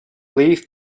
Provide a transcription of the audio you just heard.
leafed